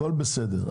הכול בסדר.